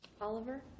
Oliver